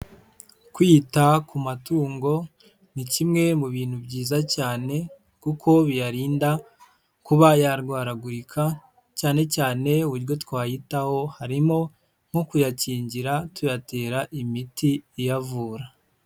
Kwita ku matungo ni kimwe mu bintu byiza cyane kuko biyarinda kuba yarwaragurika, cyane cyane uburyo twayitaho harimo nko kuyakingira tuyatera imiti iyavura.